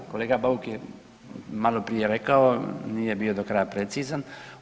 Kolega Bauk je maloprije rekao, nije bio do kraja precizan.